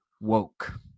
woke